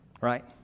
right